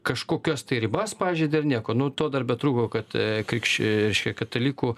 kažkokias tai ribas pažeidė ar nieko nu to dar betrūko kad krikšč reiškia katalikų